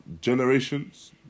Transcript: generations